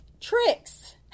tricks